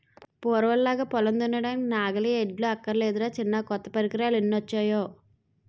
పూర్వంలాగా పొలం దున్నడానికి నాగలి, ఎడ్లు అక్కర్లేదురా చిన్నా కొత్త పరికరాలెన్నొచ్చేయో